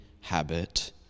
habit